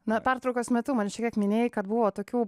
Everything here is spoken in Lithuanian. na pertraukos metu man šiek tiek minėjai kad buvo tokių